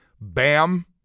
Bam